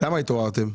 למה התעוררתם?